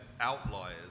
outliers